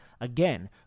Again